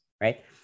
right